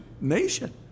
nation